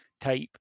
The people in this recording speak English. type